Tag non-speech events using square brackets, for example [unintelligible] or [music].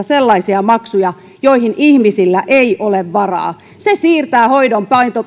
[unintelligible] sellaisia maksuja joihin ihmisillä ei ole varaa se siirtää hoidon